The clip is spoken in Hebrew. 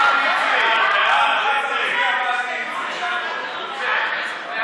הוראות לעניין דחיית שירות מחמת חבלה או